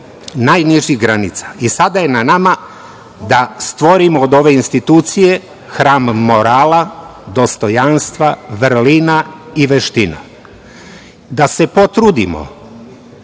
najnižih granica i sada je na nama da stvorimo od ove institucije hram morala, dostojanstva, vrlina i veština, da se potrudimo